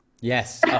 Yes